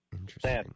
Interesting